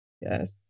Yes